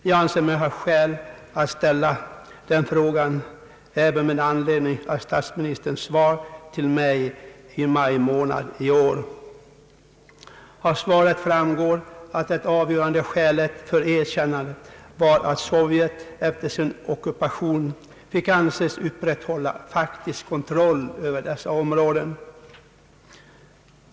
Jag anser mig ha skäl att ställa den frågan även med hänsyn till statsministerns svar till mig i maj månad i år. Av svaret framgår att det avgörande skälet för erkännandet var att Sovjet efter sin ockupation »fick anses upprätthålla faktisk kontroll över dessa områden».